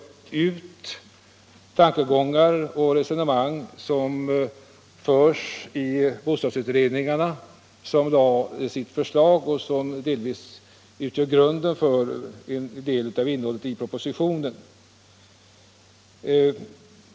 Man har tagit upp resonemang som förs i bostadsutredningarna, vilkas förslag utgör en del av grunden för propositionen.